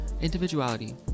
individuality